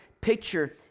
picture